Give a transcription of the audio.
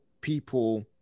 people